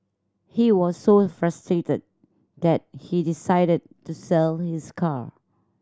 he was so frustrated that he decided to sell his car